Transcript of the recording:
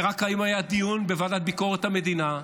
ורק היום היה דיון בוועדת ביקורת המדינה,